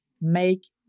make